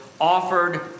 offered